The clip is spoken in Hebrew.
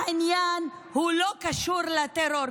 העניין לא קשור לטרור,